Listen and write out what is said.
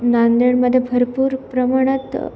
नांदेडमधे भरपूर प्रमाणात